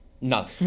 No